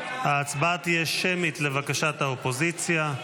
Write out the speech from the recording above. ההצבעה תהיה שמית, לבקשת האופוזיציה.